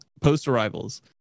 post-arrivals